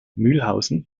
mühlhausen